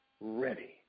ready